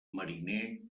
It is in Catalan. mariner